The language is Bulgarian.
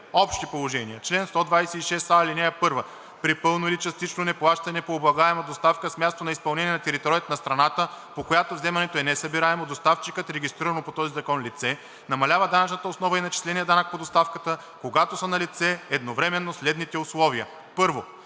Общи положения Чл. 126а. (1) При пълно или частично неплащане по облагаема доставка с място на изпълнение на територията на страната, по която вземането е несъбираемо, доставчикът, регистрирано по този закон лице, намалява данъчната основа и начисления данък по доставката, когато са налице едновременно следните условия: 1.